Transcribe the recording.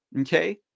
Okay